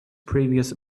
previous